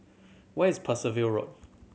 where is Percival Road